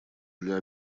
для